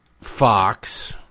Fox